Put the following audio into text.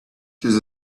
just